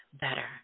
better